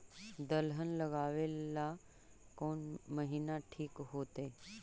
दलहन लगाबेला कौन महिना ठिक होतइ?